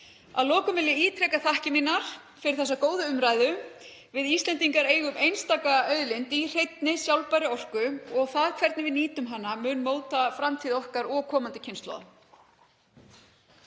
Að lokum vil ég ítreka þakkir mínar fyrir þessa góðu umræðu. Við Íslendingar eigum einstaka auðlind í hreinni sjálfbærri orku og það hvernig við nýtum hana mun móta framtíð okkar og komandi kynslóða.